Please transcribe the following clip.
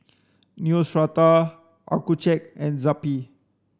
Neostrata Accucheck and Zappy